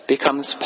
becomes